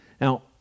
Now